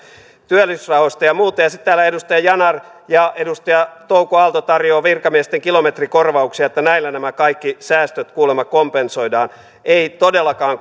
työllisyysrahoista ja muusta sitten täällä edustaja yanar ja edustaja touko aalto tarjoavat virkamiesten kilometrikorvauksia että näillä nämä kaikki säästöt kuulemma kompensoidaan ei todellakaan